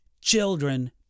children